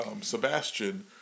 sebastian